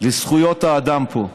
לזכויות האדם פה.